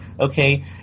okay